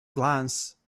glance